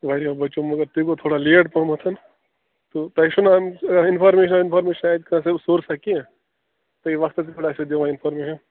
واریاہ بَچو مگر تُہۍ گوٚو تھوڑا لیٹ پہمَتھ تہٕ تۄہہِ چھُو نا آمٕژ اِنفارمیٚشن ونفارمیشَن اتہِ کانٛہہ سورسا کیٚنٛہہ تۄہہِ وقتس پٮ۪ٹھ آسِو دِوان اِنفارمیٚشَن